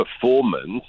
performance